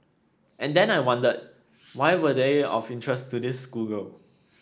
and then I wondered why were they of interest to this schoolgirl